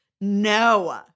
No